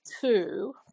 two